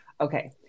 Okay